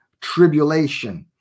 tribulation